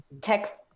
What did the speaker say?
Text